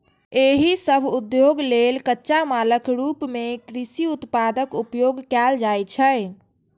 एहि सभ उद्योग लेल कच्चा मालक रूप मे कृषि उत्पादक उपयोग कैल जाइ छै